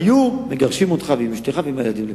היו מגרשים אותך עם אשתך ועם הילדים לפה.